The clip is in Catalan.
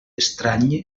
estrany